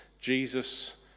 jesus